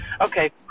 Okay